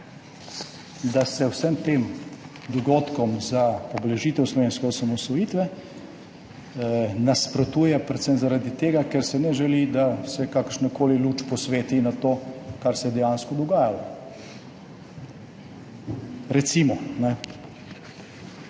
da se vsem tem dogodkom za obeležitev slovenske osamosvojitvenasprotuje predvsem zaradi tega, ker se ne želi, da se kakršnakoli luč posveti na to, kar se je dejansko dogajalo. Recimo,